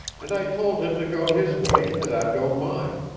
and i told him to go his way and that i'd go mine.